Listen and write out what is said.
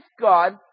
God